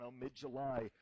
mid-July